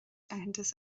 aitheantas